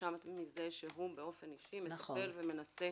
התרשמתם מזה שהוא אישית מטפל ומנסה